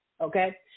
Okay